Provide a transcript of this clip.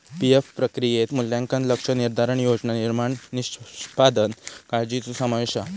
PF प्रक्रियेत मूल्यांकन, लक्ष्य निर्धारण, योजना निर्माण, निष्पादन काळ्जीचो समावेश हा